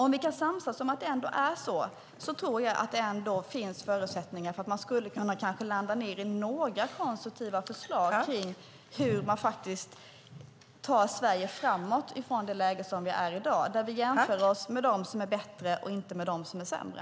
Om vi kan samsas om att det är så tror jag att det finns förutsättningar för att kunna landa i några konstruktiva förslag om hur vi faktiskt tar Sverige framåt från det läge där vi är i dag, där vi jämför oss med dem som är bättre och inte med dem som är sämre.